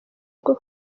bwo